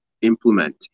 implement